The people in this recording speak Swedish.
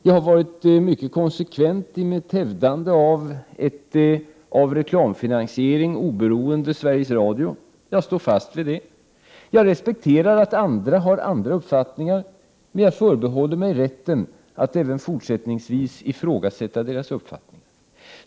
Jag har varit mycket konsekvent i mitt hävdande av ett av reklamfinansiering oberoende Sveriges Radio. Jag står fast vid det. Jag respekterar att andra har andra uppfattningar, men jag förbehåller mig rätten att även fortsättningsvis ifrågasätta deras uppfattningar.